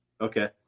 Okay